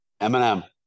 Eminem